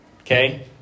okay